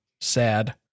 sad